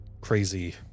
crazy